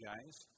guys